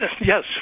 Yes